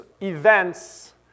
events